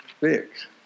fix